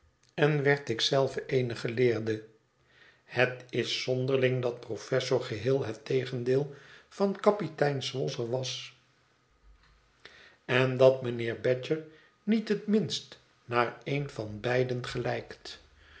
en werd ik zelve een geleerde het is zonderling dat professor geheel het tegendeel van kapitein swosser was en dat mijnheer badger niet het minst naar een van beiden gelijkt